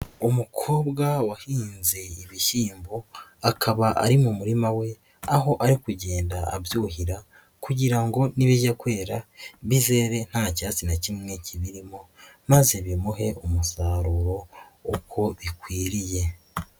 Umukobwa wahinze ibihyimbo akaba ari mu murima we aho ari kugenda abyuhira kugira ngo nibijya kwera bizere nta cyatsi na kimwe kibirimo maze bimuhe umusaruro uko bikwiriye.